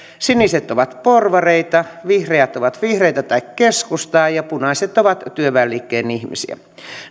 siniset ovat porvareita vihreät ovat vihreitä tai keskustaa ja punaiset ovat työväenliikkeen ihmisiä